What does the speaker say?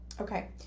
Okay